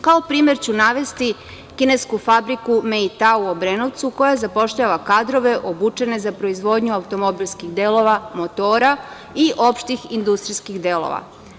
Kao primer ću navesti kinesku fabriku „Meitau“ u Obrenovcu koja zapošljava kadrove obučene za proizvodnju automobilskih delova motora i opštih industrijskih delova.